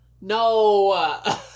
No